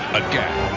again